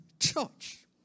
church